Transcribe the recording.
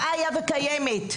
חיה וקיימת.